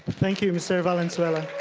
thank you, mr. valenzuela.